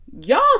y'all